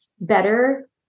better